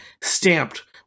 stamped